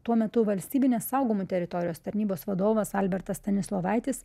tuo metu valstybinės saugomų teritorijų tarnybos vadovas albertas stanislovaitis